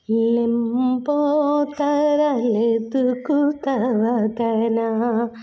ലിം പോ തര ലത് കുത വദനാ